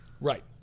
Right